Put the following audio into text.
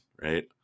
right